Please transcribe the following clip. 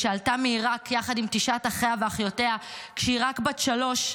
שעלתה מעיראק יחד עם תשעת אחיה ואחיותיה כשהיא רק בת שלוש,